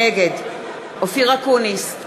נגד אופיר אקוניס,